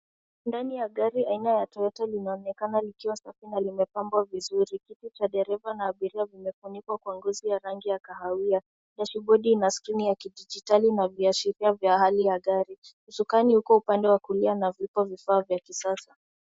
Ndani ya gari aina ya Toyota linaonekana likiwa safi na limepambwa vizuri. Kiti cha dereva na abiria vimefunikwa kwa ngozi ya rangi ya kahawia. Dashibodi na sikirini ya kidigitali na viashiria vya hali ya gari. Usukani uko upande wa kulia na vipo vifaa vya kisasa.